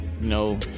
No